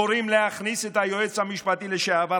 קוראים להכניס את היועץ המשפטי לשעבר